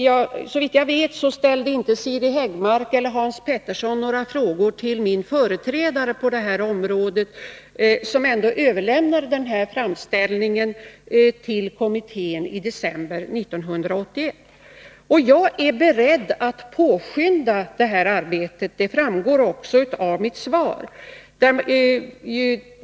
Såvitt jag vet ställde inte Siri Häggmark eller Hans Petersson några frågor till min företrädare på detta område, vilken ändå överlämnade denna framställning till kommittén i december 1981. Jag är beredd att påskynda detta arbete. Det framgår även av mitt svar.